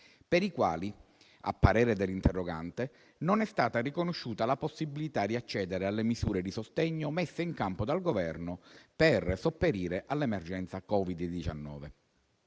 per i quali - a parere dell'interrogante - non è stata riconosciuta la possibilità di accedere alle misure di sostegno messe in campo dal Governo per sopperire all'emergenza Covid-19.